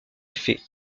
effet